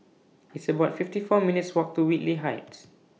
It's about fifty four minutes Walk to Whitley Heights